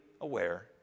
aware